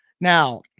Now